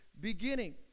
beginning